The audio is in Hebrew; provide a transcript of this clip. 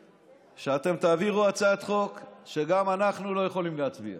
שאתם תעבירו הצעת חוק שגם אנחנו לא יכולים להצביע